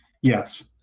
Yes